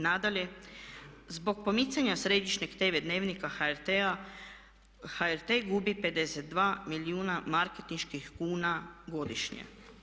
Nadalje, zbog pomicanja središnjeg tv Dnevnika HRT-a HRT gubi 52 milijuna marketinških kuna godišnje.